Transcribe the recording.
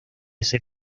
ese